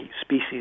species